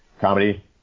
Comedy